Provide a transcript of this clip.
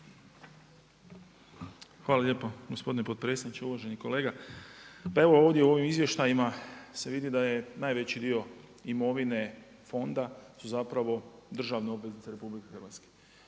Hvala lijepo gospodine potpredsjedniče. Uvaženi kolega. Pa evo ovdje u ovim izvještajima se vidi da je najveći dio imovine fonda su zapravo državne obveznice RH.